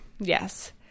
Yes